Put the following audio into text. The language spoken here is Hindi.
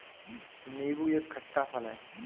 नीबू एक खट्टा फल है